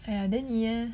ya then ya